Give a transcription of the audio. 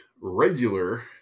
regular